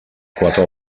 quatre